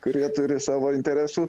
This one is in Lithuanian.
kurie turi savo interesų